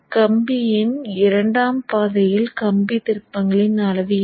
கம்பியின் இரண்டாம் பாதையில் கம்பி திருப்பங்களின் அளவு என்ன